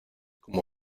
como